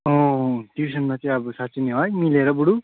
टिउसनमा चाहिँ अब साँच्चि नै है मिलेर बरु